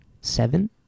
seven